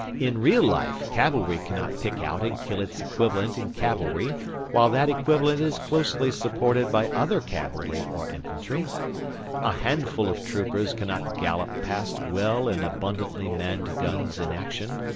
in real life cavalry cannot pick out and kill its equivalent in cavalry while that equivalent is closely supported by other cavalry or infantry a handful of troopers cannot gallop past well and abundantly manned guns in action,